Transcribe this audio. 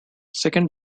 second